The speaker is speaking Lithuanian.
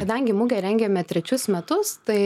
kadangi mugę rengiame trečius metus tai